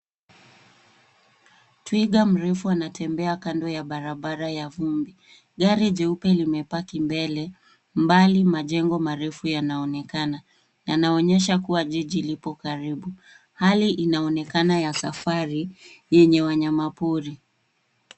Twiga mrefu anatembea kando ya barabara ya vumbi. Gari jeupe limepaki mbele, mbali majengo marefu yanaonekana. Yanaonyesha kuwa jiji lipo karibu. Hali ianonekana ya safari yenye wanyama pori.